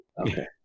Okay